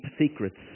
secrets